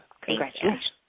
congratulations